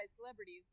celebrities